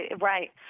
right